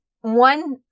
one